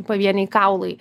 pavieniai kaulai